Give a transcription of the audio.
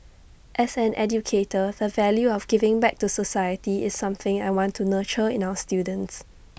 as an educator the value of giving back to society is something I want to nurture in our students